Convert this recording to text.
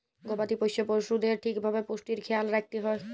গবাদি পশ্য পশুদের ঠিক ভাবে পুষ্টির খ্যায়াল রাইখতে হ্যয়